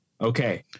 okay